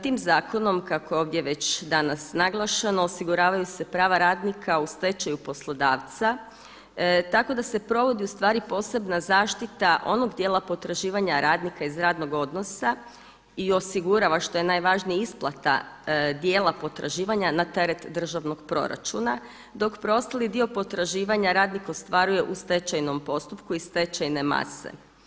Tim zakonom kako je ovdje već naglašeno osiguravaju se prava radnika u stečaju poslodavca tako da se provodi u stvari posebna zaštita onog dijela potraživanja radnika iz radnog odnosa i osigurava što je najvažnije isplata dijela potraživanja na teret državnog proračuna dok preostali dio potraživanja radnik ostvaruje u stečajnom postupku iz stečajne mase.